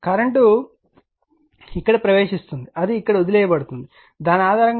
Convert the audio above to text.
current ఇక్కడ ప్రవేశిస్తోంది అది ఇక్కడ వదిలివేయబడుతుంది దాని ఆధారంగా